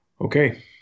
Okay